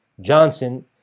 Johnson